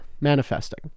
manifesting